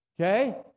Okay